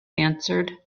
answered